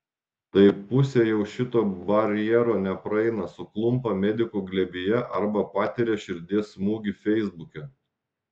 tai pusė jau šito barjero nepraeina suklumpa medikų glėbyje arba patiria širdies smūgį feisbuke